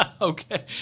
Okay